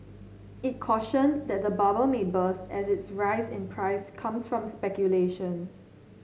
it cautioned that the bubble may burst as its rise in price comes from speculation